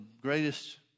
greatest